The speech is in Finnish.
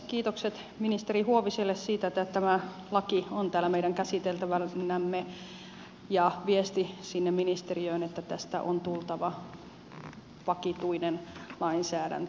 kiitokset ministeri huoviselle siitä että tämä laki on täällä meidän käsiteltävänämme ja viesti sinne ministeriöön että tästä on tultava vakituinen lainsäädäntö